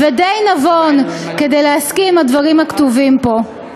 ודי נבון כדי להסכים עם הדברים הכתובים פה.